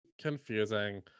confusing